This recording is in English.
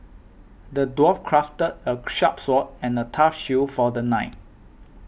the dwarf crafted a sharp sword and a tough shield for the knight